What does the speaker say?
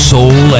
Soul